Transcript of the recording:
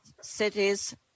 cities